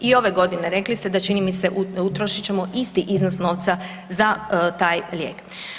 I ove godine rekli ste da čini mi se, utrošit ćemo isti iznos novca za taj lijek.